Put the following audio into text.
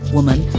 woman.